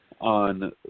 on